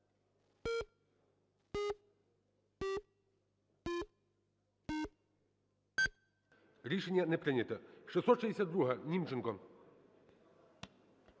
Рішення не прийнято. 662-а, Німченко.